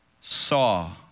saw